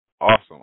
Awesome